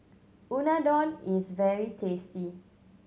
unadon is very tasty